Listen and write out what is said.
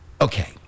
Okay